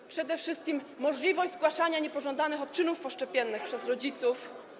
To przede wszystkim możliwość zgłaszania niepożądanych odczynów poszczepiennych przez rodziców.